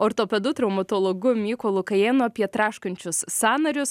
ortopedu traumatologu mykolu kajėnu apie traškančius sąnarius